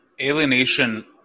Alienation